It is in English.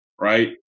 right